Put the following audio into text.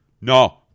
No